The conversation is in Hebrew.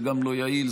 זה גם לא יעיל,